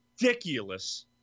Ridiculous